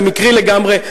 זה מקרי לגמרי,